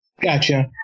Gotcha